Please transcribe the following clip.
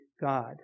God